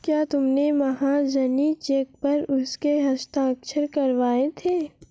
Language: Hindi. क्या तुमने महाजनी चेक पर उसके हस्ताक्षर करवाए थे?